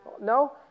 No